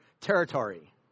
territory